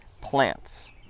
plants